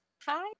Hi